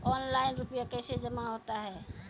Online रुपये कैसे जमा होता हैं?